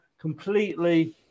completely